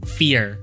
fear